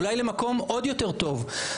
אולי למקום עוד יותר טוב,